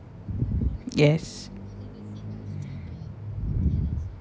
yes